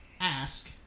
ask